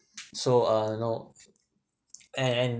so uh you know and and